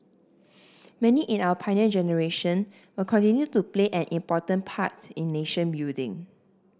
many in our Pioneer Generation will continue to play an important part in nation building